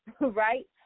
Right